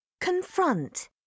Confront